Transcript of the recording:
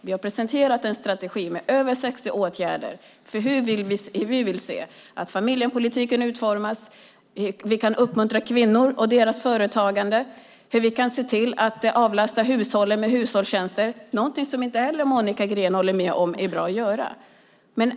Vi har presenterat en strategi med över 60 åtgärder för hur vi vill se att familjepolitiken utformas, hur vi kan uppmuntra kvinnor och deras företagande och hur vi kan se till att avlasta hushållen med hushållstjänster - någonting som Monica Green inte heller håller med om är bra att göra.